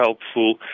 helpful